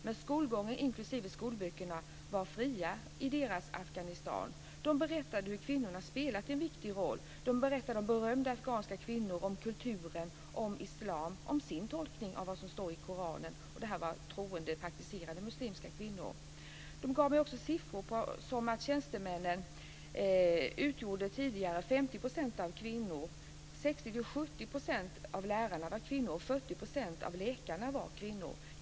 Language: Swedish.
Men skolgången inklusive skolböckerna var fria i deras Afghanistan. De berättade hur kvinnorna hade spelat en viktig roll. De berättade om berömda afghanska kvinnor, om kulturen, om islam och om sin tolkning av vad som står i Koranen. Och detta var troende praktiserande muslimska kvinnor. De gav mig också en del siffror. 50 % av tjänstemännen utgjordes tidigare av kvinnor. 60-70 % av lärarna var kvinnor. 40 % av läkarna var kvinnor.